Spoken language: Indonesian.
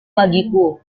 bagiku